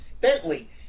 Bentley